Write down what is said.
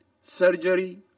surgery